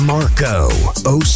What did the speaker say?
Marco